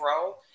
grow